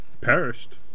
perished